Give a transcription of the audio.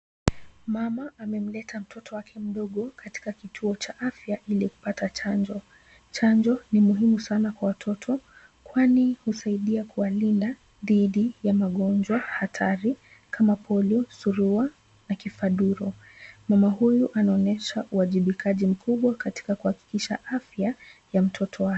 Mama amemleta mtoto wake mdogo katika kituo cha afya ili kupata chanjo. Chanjo ni muhimu sana kwa watoto kwani husaidia kuwalinda dhidi ya magonjwa hatari kama polio, surua, na kifaduro. Mama huyu anaonesha uwajibikaji mkubwa katika kuhakikisha afya ya mtoto wake.